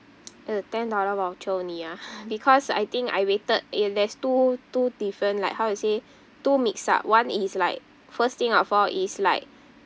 uh ten dollar voucher only ah because I think I waited eh there's two two different like how to say two mix up one is like first thing of all is like